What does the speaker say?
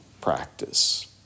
practice